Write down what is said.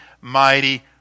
mighty